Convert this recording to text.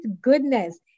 goodness